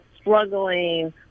struggling